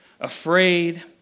Afraid